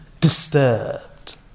disturbed